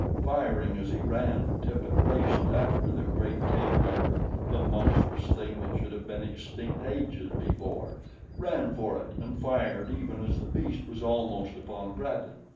firing as he ran, tippet raced after the great cave bear the monstrous thing that should have been extinct ages before ran for it and fired even as the beast was almost upon bradley.